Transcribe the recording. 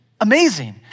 amazing